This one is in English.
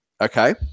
okay